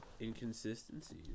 Inconsistencies